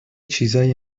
چیزهایی